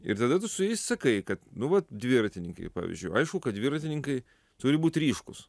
ir tada tu su jais sakai kad nu vat dviratininkai pavyzdžiui aišku kad dviratininkai turi būt ryškūs